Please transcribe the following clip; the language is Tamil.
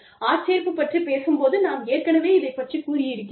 ஆட்சேர்ப்பு பற்றிப் பேசும்போது நான் ஏற்கனவே இதைப் பற்றிக் கூறி இருக்கிறேன்